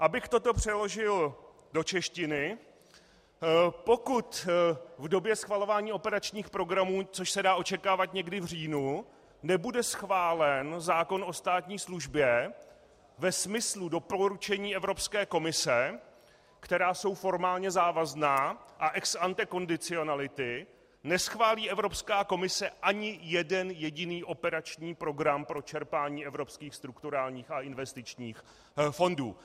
Abych toto přeložil do češtiny, pokud v době schvalování operačních programů, což se dá očekávat někdy v říjnu, nebude schválen zákon o státní službě ve smyslu doporučení Evropské komise, která jsou formálně závazná, a ex ante kondicionality, neschválí Evropská komise ani jeden jediný operační program pro čerpání evropských strukturálních a investičních fondů.